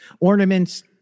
ornaments